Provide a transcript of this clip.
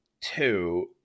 two